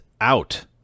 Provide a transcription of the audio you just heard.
out